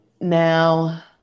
Now